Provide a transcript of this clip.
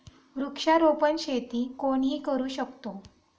वृक्षारोपण शेती कोणीही करू शकतो